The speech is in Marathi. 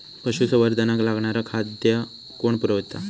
पशुसंवर्धनाक लागणारा खादय कोण पुरयता?